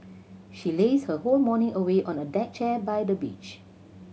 she lazed her whole morning away on a deck chair by the beach